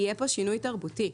יהיה כאן שינוי תרבותי,